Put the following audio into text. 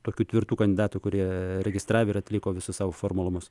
tokių tvirtų kandidatų kurie registravę ir atliko visus savo formalumus